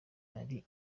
ari